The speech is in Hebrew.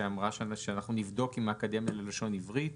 שאמרה שנבדוק עם האקדמיה ללשון עברית,